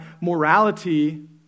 morality